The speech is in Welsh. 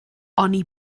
oni